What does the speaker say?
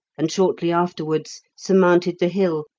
and shortly afterwards surmounted the hill,